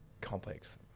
complex